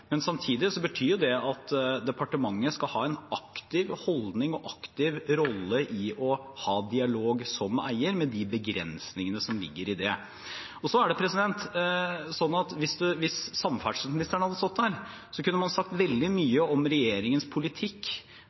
Men samtidig betyr det at departementet som eier skal ha en aktiv holdning og aktiv rolle i å ha dialog, med de begrensningene som ligger i det. Hvis samferdselsministeren hadde stått her, kunne man sagt veldig mye om regjeringens politikk